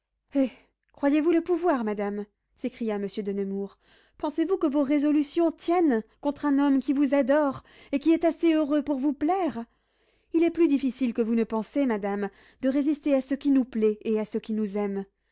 croyez-vous le pouvoir madame s'écria monsieur de nemours pensez-vous que vos résolutions tiennent contre un homme qui vous adore et qui est assez heureux pour vous plaire il est plus difficile que vous ne pensez madame de résister à ce qui nous plaît et à ce qui nous aime